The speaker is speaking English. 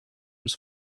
was